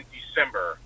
December